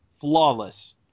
flawless